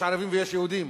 יש ערבים ויש יהודים,